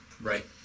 right